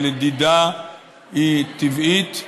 שלדידה היא טבעית,